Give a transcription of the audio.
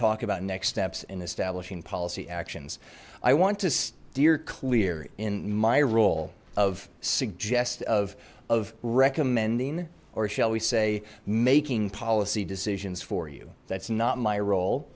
talk about next steps in establishing policy actions i want to steer clear in my role of suggest of of recommending or shall we say making policy decisions for you that's not my role